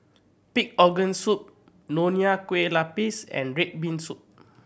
pig organ soup Nonya Kueh Lapis and red bean soup